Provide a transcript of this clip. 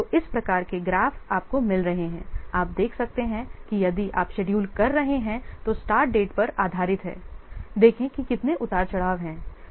तो इस प्रकार के ग्राफ़ आपको मिल रहे हैं आप देख सकते हैं कि यदि आप शेड्यूल कर रहे हैं तो स्टार्ट डेट पर आधारित है देखें कि कितने उतार चढ़ाव हैं